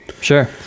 Sure